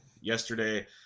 yesterday